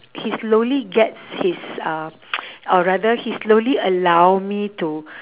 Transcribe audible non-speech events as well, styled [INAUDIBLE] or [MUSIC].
he slowly gets his uh [NOISE] or rather he slowly allow me to